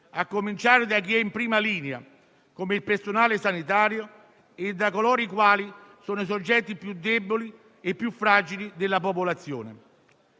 a cominciare da chi è in prima linea, come il personale sanitario, e dai soggetti più deboli e fragili della popolazione.